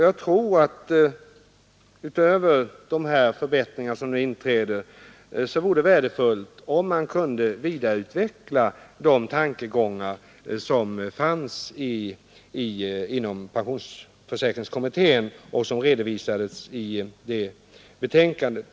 Jag tror att det — utöver de förbättringar som nu inträder — vore värdefullt om man kunde vidareutveckla de tankegångar som fanns inom pensionsförsäkringskommittén och som redovisades i dess betänkande.